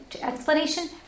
explanation